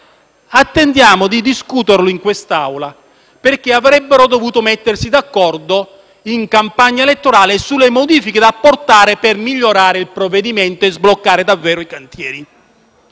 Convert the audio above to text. attendiamo di discuterlo in quest'Aula, perché avrebbero dovuto mettersi d'accordo, in campagna elettorale, sulle modifiche da apportare per migliorare il provvedimento e sbloccare davvero i cantieri.